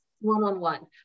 one-on-one